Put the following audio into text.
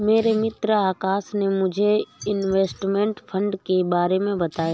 मेरे मित्र आकाश ने मुझे इनवेस्टमेंट फंड के बारे मे बताया